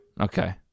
Okay